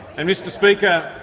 and mr speaker,